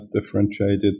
differentiated